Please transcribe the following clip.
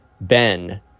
ben